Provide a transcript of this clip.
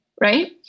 Right